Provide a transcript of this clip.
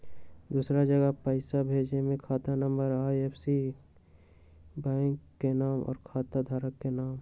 दूसरा जगह पईसा भेजे में खाता नं, आई.एफ.एस.सी, बैंक के नाम, और खाता धारक के नाम?